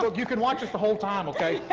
but you can watch this the whole time, okay?